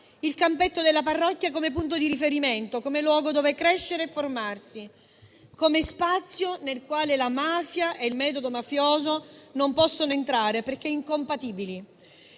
il campetto della parrocchia come punto di riferimento, come luogo dove crescere e formarsi, come spazio nel quale la mafia e il metodo mafioso non possono entrare perché incompatibili.